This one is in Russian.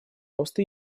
роста